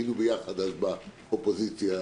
היינו ביחד אז באופוזיציה.